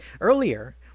Earlier